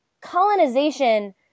colonization